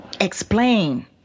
explain